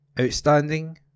Outstanding